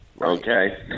okay